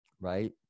right